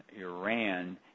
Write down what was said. Iran